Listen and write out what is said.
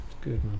Good